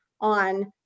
on